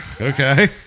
Okay